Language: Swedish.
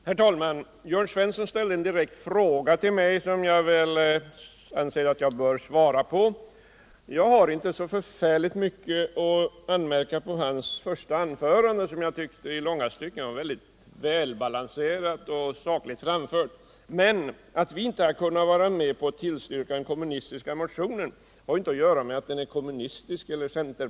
Herr talman! Jörn Svensson ställde en direkt fråga till mig som jag anser att jag bör svara på. Jag har inte så mycket att anmärka på hans första anförande, som enligt min mening I fånga stycken var mycket välbalanserat och sakligt. Att vi inte kunnat vara med om att tillstyrka den kommunistiska motionen har inte att göra med att den är kommunistisk.